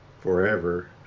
forever